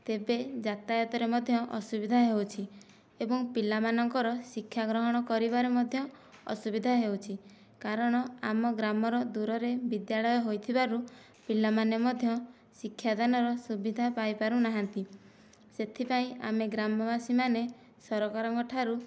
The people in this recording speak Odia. ତେବେ ଯାତାୟାତ ରେ ମଧ୍ୟ ଅସୁବିଧା ହେଉଛି ଏବଂ ପିଲାମାନଙ୍କର ଶିକ୍ଷା ଗ୍ରହଣ କରିବାରେ ମଧ୍ୟ ଅସୁବିଧା ହେଉଛି କାରଣ ଆମ ଗ୍ରାମର ଦୂରରେ ବିଦ୍ୟାଳୟ ହୋଇଥିବାରୁ ପିଲାମାନେ ମଧ୍ୟ ଶିକ୍ଷାଦାନର ସୁବିଧା ପାଇପାରୁ ନାହାନ୍ତି ସେଥିପାଇଁ ଆମେ ଗ୍ରାମବାସୀ ମାନେ ସରକାରଙ୍କ ଠାରୁ